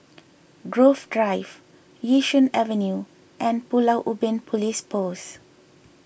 Grove Drive Yishun Avenue and Pulau Ubin Police Post